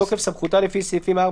בתוקף סמכותה לפי סעיפים 4,